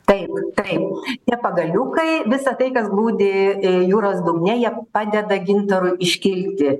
taip taip tie pagaliukai visa tai kas glūdi jūros dugne jie padeda gintarui iškilti